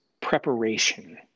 preparation